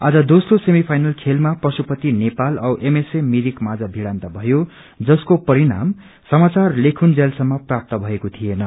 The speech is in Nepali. आज दोग्रो सेमी फ्रइनल खेलमा अश्रूपति नेपाल औ एमएसए मिरिक माझ भिङन्त थयो जसको परिणाम समाचार लेखुजेल धप्त भएको थिएन